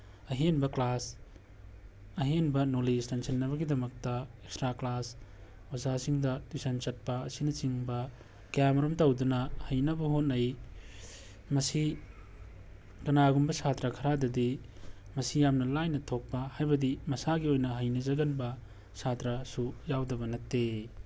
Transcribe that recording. ꯑꯍꯦꯟꯕ ꯀ꯭ꯂꯥꯁ ꯑꯍꯦꯟꯕ ꯅꯣꯂꯦꯖ ꯇꯥꯟꯁꯤꯟꯅꯕꯒꯤꯗꯃꯛꯇ ꯑꯦꯛꯁꯇ꯭ꯔꯥ ꯀ꯭ꯂꯥꯁ ꯑꯣꯖꯥꯁꯤꯡꯗ ꯇꯨꯏꯁꯟ ꯆꯠꯄ ꯑꯁꯤꯅꯆꯤꯡꯕ ꯀꯌꯥꯃꯔꯨꯝ ꯇꯧꯗꯨꯅ ꯍꯩꯅꯕ ꯍꯣꯠꯅꯩ ꯃꯁꯤ ꯀꯅꯥꯒꯨꯝꯕ ꯁꯥꯇ꯭ꯔ ꯈꯔꯗꯗꯤ ꯃꯁꯤ ꯌꯥꯝꯅ ꯂꯥꯏꯅ ꯊꯣꯛꯄ ꯍꯥꯏꯕꯗꯤ ꯃꯁꯥꯒꯤ ꯑꯣꯏꯅ ꯍꯩꯅꯖꯒꯟꯕ ꯁꯥꯇ꯭ꯔꯁꯨ ꯌꯥꯎꯗꯕ ꯅꯠꯇꯦ